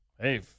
Hey